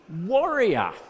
warrior